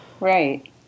Right